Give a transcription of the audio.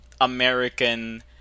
American